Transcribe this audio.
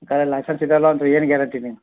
licence ಇಲ್ಲಲ್ಲ ಅಂದ್ರೆ ಏನು ಗ್ಯಾರೆಂಟಿ ನೀನು